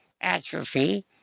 atrophy